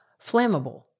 flammable